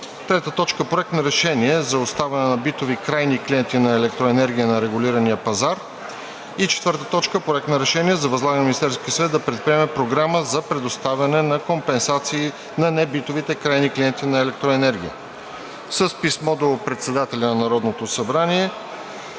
чл. 110. 3. Проект на решение за оставане на битовите крайни клиенти на електроенергия на регулиран пазар. 4. Проект на решение за възлагане на Министерския съвет да предприеме програма за предоставяне на компенсации на небитовите крайни клиенти на електроенергия.“ С писмо до председателя на Народното събрание